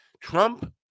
Trump